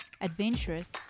adventurous